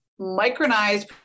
micronized